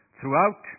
throughout